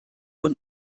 und